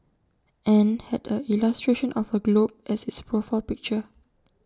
and had A illustration of A globe as its profile picture